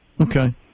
Okay